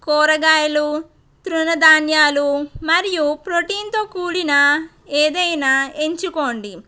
కూరగాయలు తృణధాన్యాలు మరియు ప్రోటీన్తో కూడిన ఏదైనా ఎంచుకోండి